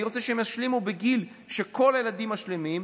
רוצה שהם ישלימו בגיל שבו כל הילדים משלימים.